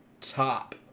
top